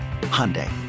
Hyundai